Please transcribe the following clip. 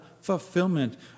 fulfillment